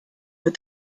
with